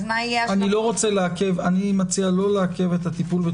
אני מציע לא לעכב את הטיפול.